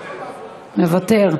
מוותר.